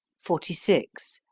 forty six.